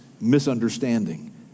misunderstanding